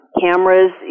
Cameras